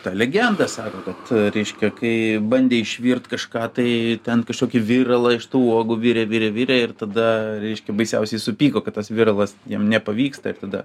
ta legenda sako kad reiškia kai bandė išvirt kažką tai ten kažkokį viralą iš tų uogų virė virė virė ir tada reiškia baisiausiai supyko kad tas viralas jiem nepavyksta ir tada